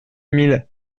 mille